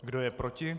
Kdo je proti?